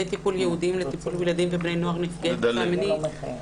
טיפול ייעודיים בילדים ובני נוער נפגעי תקיפה מינית של משרד הרווחה.